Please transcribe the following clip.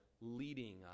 leading